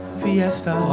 fiesta